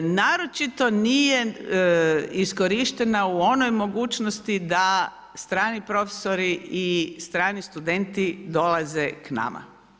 Naročito nije iskorištena u onoj mogućnosti da strani profesori i strani studenti dolaze k nama.